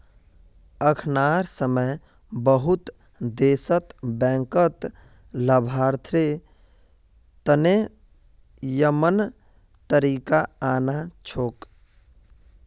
अखनार समय बहुत देशत बैंकत लाभार्थी तने यममन तरीका आना छोक